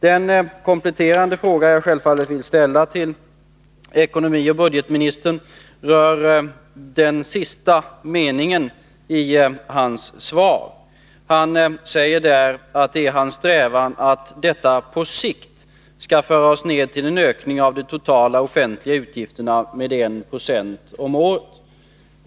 Den kompletterande fråga som jag självfallet vill ställa till ekonomioch budgetministern rör den sista meningen i hans svar. Han säger där att det är hans ”strävan att detta på sikt skall föra oss ned till en ökning av de totala offentliga utgifterna med 1 26 om året”.